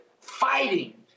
fighting